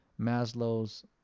maslow's